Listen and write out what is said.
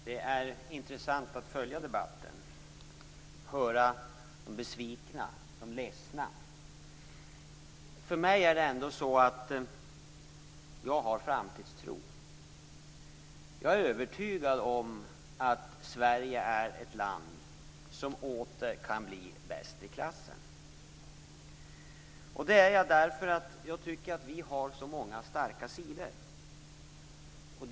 Fru talman! Det är intressant att följa debatten och höra de som är besvikna och ledsna. Jag har framtidstro. Jag är övertygad om att Sverige är ett land som åter kan bli bäst i klassen, och det är jag därför att jag tycker att vi har så många starka sidor.